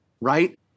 right